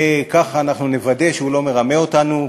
וככה אנחנו נוודא שהוא לא מרמה אותנו,